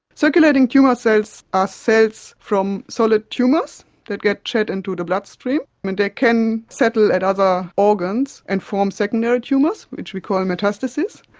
circulating tumour cells are cells from solid tumours that get shed into the bloodstream. they and can settle at other organs and form secondary tumours which we call and metastases,